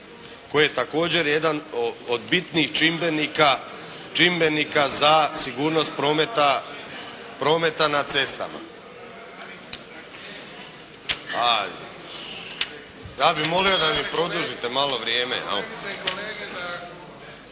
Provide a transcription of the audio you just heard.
koji je također jedan od bitnih čimbenika za sigurnost prometa na cestama. Ja bi molio da mi produžite malo vrijeme.